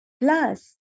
plus